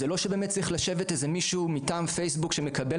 זה לא שצריך לשבת מישהו מטעם פייסבוק שמקבל